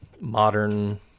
modern